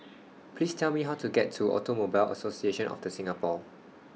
Please Tell Me How to get to Automobile Association of The Singapore